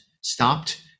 stopped